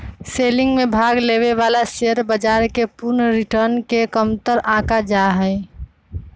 selling में भाग लेवे वाला शेयर बाजार के पूर्ण रिटर्न के कमतर आंका जा हई